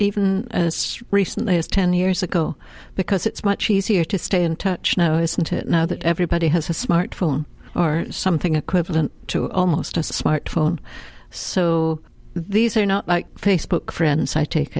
even as recently as ten years ago because it's much easier to stay in touch now isn't it now that everybody has a smartphone or something equivalent to almost a smartphone so these are not like facebook friends i take